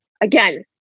Again